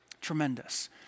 tremendous